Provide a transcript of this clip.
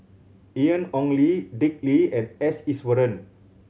Ian Ong Li Dick Lee and S Iswaran